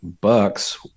bucks –